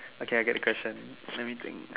okay I get the question let me think